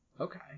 okay